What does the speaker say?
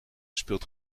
speelt